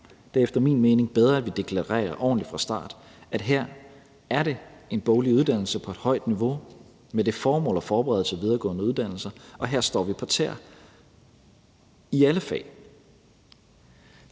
det er efter min mening bedre, at vi deklarerer ordentligt fra start af, altså at det her er en boglig uddannelse på et højt niveau med det formål at forberede til videregående uddannelser, og her står vi på tæer i alle fag.